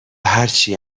هرچی